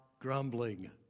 grumbling